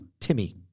Timmy